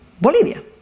Bolivia